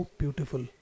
beautiful